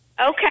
Okay